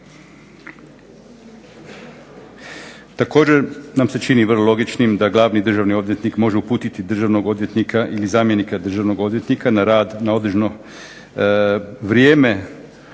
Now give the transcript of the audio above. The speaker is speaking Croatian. Također nam se čini vrlo logičnim da glavni državni odvjetnik može uputiti državnog odvjetnika ili zamjenika državnog odvjetnika na rad na određeno vrijeme